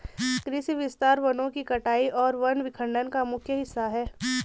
कृषि विस्तार वनों की कटाई और वन विखंडन का मुख्य हिस्सा है